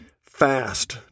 Fast